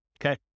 okay